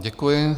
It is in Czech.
Děkuji.